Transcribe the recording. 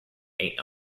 eight